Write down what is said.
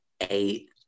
eight